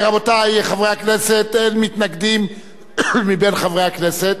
רבותי, חברי הכנסת, אין מתנגדים מבין חברי הכנסת,